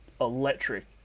electric